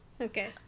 Okay